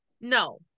No